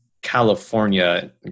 California